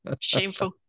Shameful